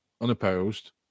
unopposed